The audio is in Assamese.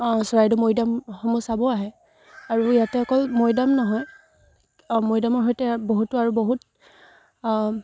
চৰাইদেউ মৈদামসমূহ চাব আহে আৰু ইয়াতে অকল মৈদাম নহয় মৈদামৰ সৈতে বহুতো আৰু বহুত